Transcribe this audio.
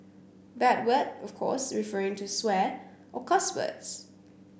bad word of course referring to swear or cuss words